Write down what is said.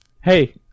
Hey